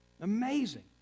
Amazing